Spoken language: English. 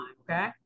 Okay